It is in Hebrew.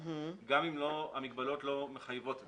גם אם המגבלות לא מחייבות אותו.